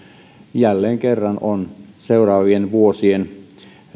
jälleen kerran on seuraavien vuosien